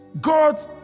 God